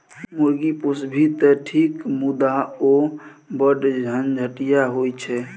मुर्गी पोसभी तँ ठीक मुदा ओ बढ़ झंझटिया होए छै